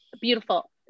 Beautiful